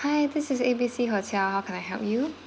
hi this is A_B_C hotel how can I help you